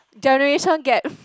generation gap